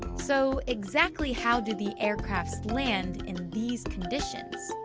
so, exactly how do the aircrafts land in these conditions?